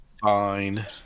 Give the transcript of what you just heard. Fine